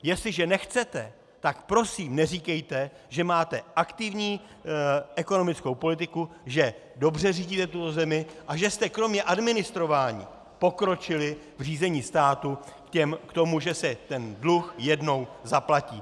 Jestliže nechcete, tak prosím neříkejte, že máte aktivní ekonomickou politiku, že dobře řídíte tuto zemi a že jste kromě administrování pokročili v řízení státu k tomu, že se ten dluh jednou zaplatí.